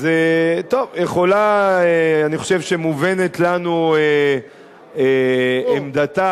טוב, אני חושב שמובנת לנו עמדתה